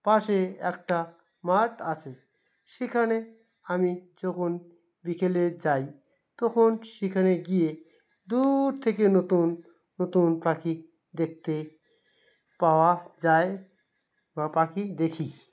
পাশে একটা মাঠ আছে সেখানে আমি যখন বিকেলে যাই তখন সেখানে গিয়ে দূর থেকে নতুন নতুন পাখি দেখতে পাওয়া যায় বা পাখি দেখি